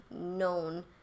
known